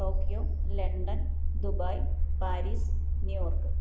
Tokyo London Dubai Paris New York